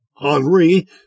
Henri